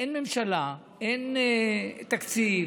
אין ממשלה, אין תקציב,